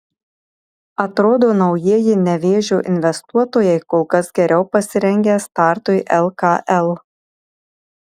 atrodo naujieji nevėžio investuotojai kol kas geriau pasirengę startui lkl